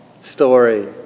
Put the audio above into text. story